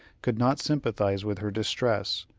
could not sympathize with her distress,